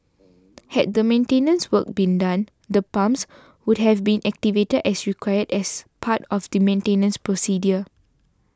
had the maintenance work been done the pumps would have been activated as required as part of the maintenance procedure